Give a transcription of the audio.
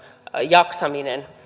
jaksamisesta